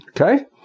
okay